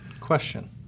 Question